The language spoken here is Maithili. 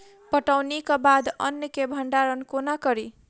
कटौनीक बाद अन्न केँ भंडारण कोना करी?